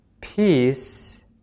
peace